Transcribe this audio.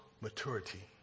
maturity